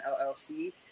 llc